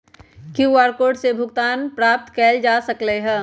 QR code से भुगतानो प्राप्त कएल जा सकल ह